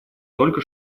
только